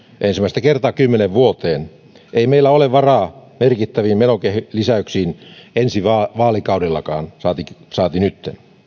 ensimmäistä kertaa kymmeneen vuoteen ei meillä ole varaa merkittäviin menolisäyksiin ensi vaalikaudellakaan saati saati nyt